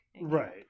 Right